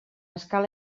escala